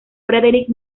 frederick